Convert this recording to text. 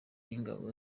y’ingabo